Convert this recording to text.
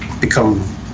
become